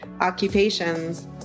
occupations